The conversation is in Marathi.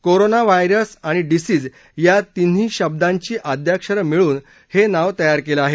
कोरोना वायरस आणि डिसीज या तिन्ही शब्दांची आद्याक्षरं मिळून हे नाव तयार केलं आहे